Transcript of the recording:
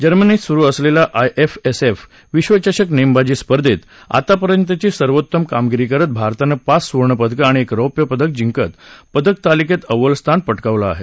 जर्मनीत सुरु असलेल्या आईएसएसएफ विश्वचषक नेमबाजी स्पर्धेत आता पर्यंतची सर्वोत्तम कामगिरी करत भारतानं पाच सुवर्ण पदकं आणि एक रोप्य पदक जिंकत पदक तालिकेत अव्वल स्थान प क्रिवलं आहे